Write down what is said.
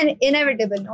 inevitable